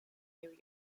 new